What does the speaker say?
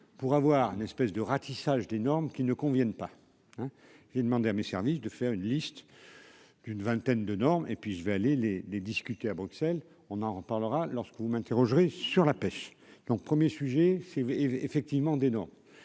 pour avoir un espèce de ratissage des normes qui ne conviennent pas, j'ai demandé à mes services de faire une liste d'une vingtaine de normes et puis je vais aller les les discuter à Bruxelles, on en reparlera lorsque vous m'interrogerez sur la pêche, donc, 1er sujet : c'est effectivement des dents